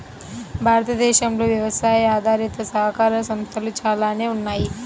భారతదేశంలో వ్యవసాయ ఆధారిత సహకార సంస్థలు చాలానే ఉన్నాయి